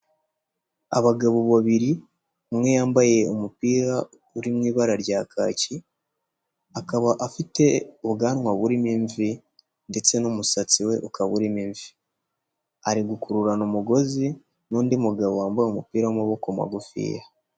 Abagabo babiri umwe yambaye umupira uri mu ibara rya kaki, akaba afite ubwanwa burimo imvi ndetse n'umusatsi we ukaba urmo imvi, ari gukururana umugozi n'undi mugabo wambaye umupira w'amaboko magufiya.